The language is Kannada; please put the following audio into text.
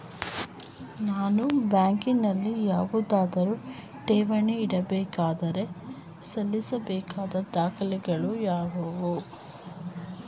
ನಾನು ಬ್ಯಾಂಕಿನಲ್ಲಿ ಯಾವುದಾದರು ಠೇವಣಿ ಇಡಬೇಕಾದರೆ ಸಲ್ಲಿಸಬೇಕಾದ ದಾಖಲೆಗಳಾವವು?